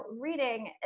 reading